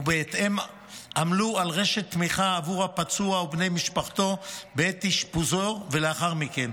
ובהתאם עמלו על רשת תמיכה עבור הפצוע ובני משפחתו בעת אשפוזו ולאחר מכן,